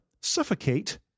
suffocate